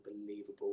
unbelievable